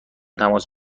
تماس